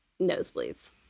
nosebleeds